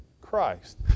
Christ